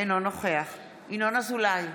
אינו נוכח ינון אזולאי,